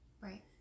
Right